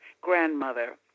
grandmother